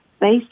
based